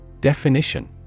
Definition